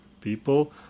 people